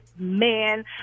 man